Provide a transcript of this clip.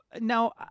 Now